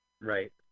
Right